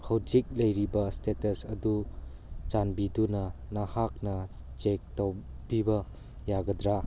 ꯍꯧꯖꯤꯛ ꯂꯩꯔꯤꯕ ꯏꯁꯇꯦꯇꯁ ꯑꯗꯨ ꯆꯥꯟꯕꯤꯗꯨꯅ ꯅꯍꯥꯛꯅ ꯆꯦꯛ ꯇꯧꯕꯤꯕ ꯌꯥꯒꯗ꯭ꯔꯥ